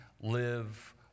live